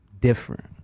different